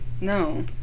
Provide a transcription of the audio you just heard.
no